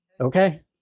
okay